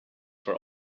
for